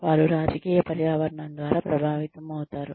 వారు రాజకీయ పర్యావరణం ద్వారా ప్రభావితమవుతారు